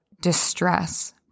distress